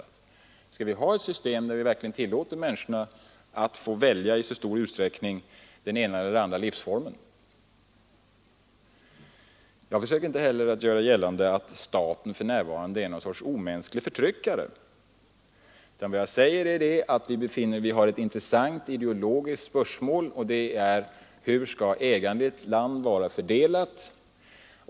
Skall vi verkligen inte ha ett system där vi tillåter människorna att i stor utsträckning välja den ena eller andra livsformen? Jag försöker inte heller göra gällande att staten för närvarande är någon sorts omänsklig förtryckare. Vad jag säger är att vi har ett intressant ideologiskt spörsmål, och det är hur ägandet i ett land skall vara fördelat.